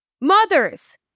Mothers